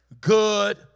good